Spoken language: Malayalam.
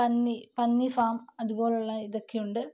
പന്നി പന്നി ഫാം അതുപോലെയുള്ള ഇതൊക്കെ ഉണ്ട്